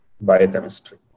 biochemistry